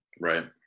Right